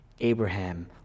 Abraham